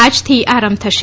આજથી આરંભ થશે